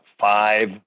five